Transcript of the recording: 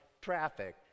traffic